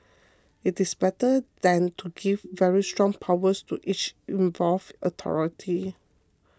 it is better than to give very strong powers to each involved authority